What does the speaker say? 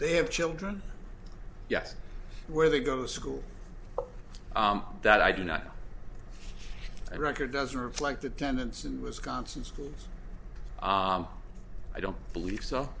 they have children yes where they go to school that i do not record doesn't reflect attendance in wisconsin schools i don't believe